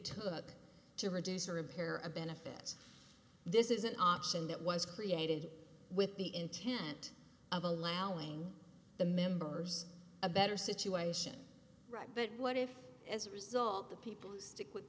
took to reduce or a pair of benefits this is an option that was created with the intent of allowing the members a better situation right but what if as a result the people stick with